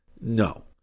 No